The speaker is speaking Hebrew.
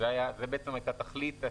ז' בתמוז התש"ף.